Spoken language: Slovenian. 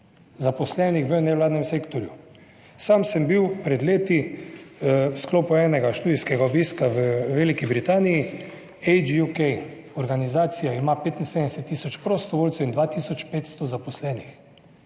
zaposlenih v nevladnem sektorju. Sam sem bil pred leti v sklopu enega študijskega obiska v Veliki Britaniji, HUK(?); organizacija ima 75 tisoč prostovoljcev in 2 tisoč 500 zaposlenih,